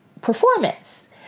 performance